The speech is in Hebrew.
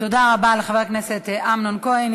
תודה רבה לחבר הכנסת אמנון כהן.